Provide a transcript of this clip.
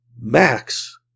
Max